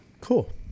cool